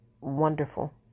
wonderful